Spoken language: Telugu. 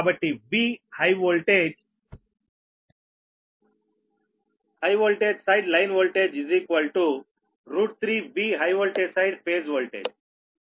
కాబట్టి V high voltage side line voltage 3 V high voltage side phase voltage